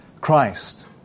Christ